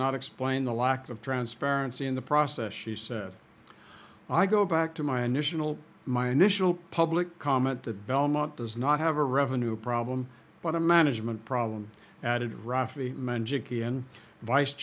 not explain the lack of transparency in the process she said i go back to my initial my initial public comment that belmont does not have a revenue problem but a management problem added rafi